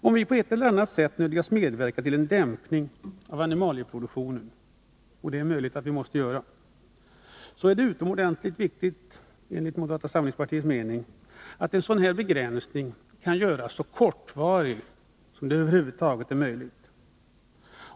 Om vi på ett eller annat sätt nödgas medverka till en dämpning av animalieproduktionen — och det är möjligt att vi måste göra det — är det enligt moderata samlingspartiets mening utomordentligt viktigt att en sådan begränsning kan göras så kortvarig som det över huvud taget är möjligt.